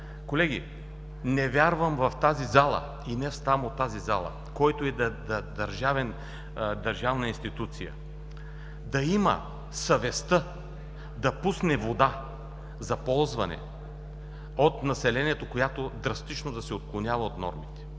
колеги, не вярвам в тази зала и не само тази зала, която и да е държавна институция, да има съвестта да пусне вода за ползване от населението, която драстично да се отклонява от нормите.